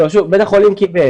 לא, שוב, בית החולים קיבל.